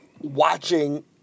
watching